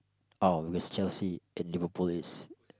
oh it's Chelsea in Minneapolis